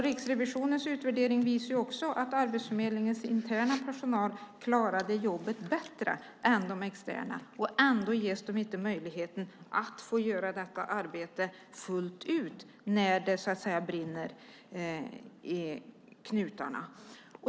Riksrevisionens utvärdering visar att Arbetsförmedlingens interna personal klarade jobbet bättre än de externa coacherna, men trots att det brinner i knutarna ges de inte möjlighet att få göra detta arbete fullt ut.